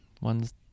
ones